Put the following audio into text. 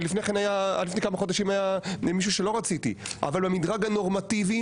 ועד לפני כמה חודשים היה מישהו שלא רציתי אבל במדרג הנורמטיבי